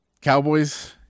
Cowboys